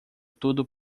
tudo